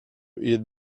eat